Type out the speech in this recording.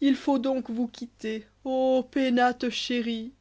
il faut donc vous quitter ô pénates chéris